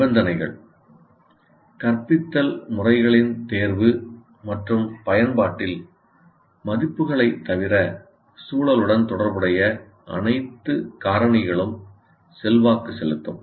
நிபந்தனைகள் கற்பித்தல் முறைகளின் தேர்வு மற்றும் பயன்பாட்டில் மதிப்புகளைத் தவிர சூழலுடன் தொடர்புடைய அனைத்து காரணிகளும் செல்வாக்கு செலுத்தும்